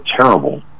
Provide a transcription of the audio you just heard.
terrible